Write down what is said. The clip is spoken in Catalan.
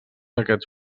aquests